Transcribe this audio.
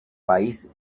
país